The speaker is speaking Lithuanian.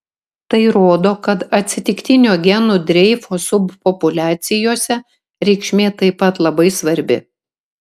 tai rodo kad atsitiktinio genų dreifo subpopuliacijose reikšmė taip pat labai svarbi